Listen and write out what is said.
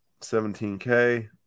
17K